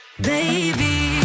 Baby